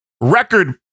record